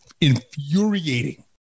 infuriating